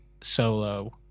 Solo